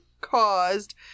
caused